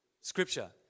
scripture